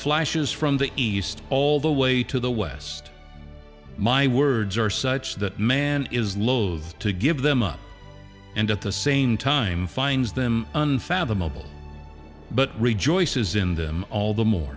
flashes from the east all the way to the west my words are such that man is loath to give them up and at the same time finds them unfathomable but rejoices in them all the more